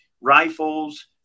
rifles